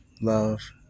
love